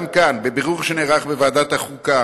גם כאן, בבירור שנערך בוועדת החוקה